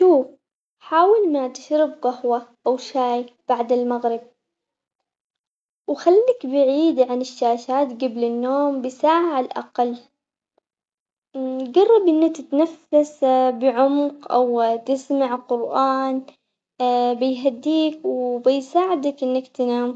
شوف حاول ما تشرب قهوة أو شاي بعد المغرب وخلك بعيد عن الشاشات قبل النوم بساعة على الأقل، جرب إنه تتنفس بعمق أو تسمع قرآن بيهديك وبيساعدك إنك تنام.